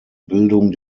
bildung